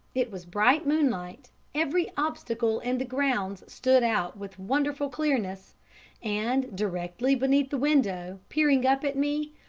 it was bright moonlight every obstacle in the grounds stood out with wonderful clearness and directly beneath the window, peering up at me,